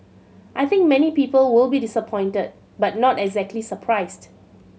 I think many people will be disappointed but not exactly surprised